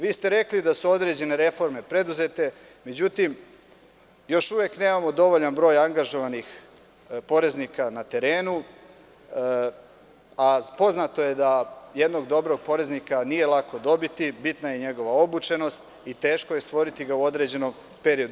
Vi ste rekli da su određene reforme preduzete, ali još uvek nemamo dovoljan broj poreznika na terenu, a poznato je da jednog dobrog poreznika nije lako dobiti, jer bitna je njegova obučenost i teško je stvoriti ga u određenom periodu.